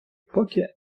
поки